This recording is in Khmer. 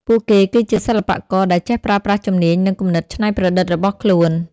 ពួកគេគឺជាសិល្បករដែលចេះប្រើប្រាស់ជំនាញនិងគំនិតច្នៃប្រឌិតរបស់ខ្លួន។